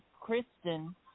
Kristen